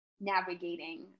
navigating